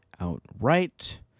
outright